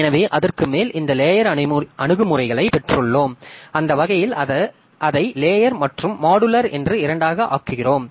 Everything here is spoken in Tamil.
எனவே அதற்கு மேல் இந்த லேயர் அணுகுமுறைகளைப் பெற்றுள்ளோம் அந்த வகையில் அதை லேயர் மற்றும் மாடுலர் என்று இரண்டாக ஆக்குகிறோம்